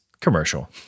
Commercial